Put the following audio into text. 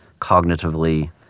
cognitively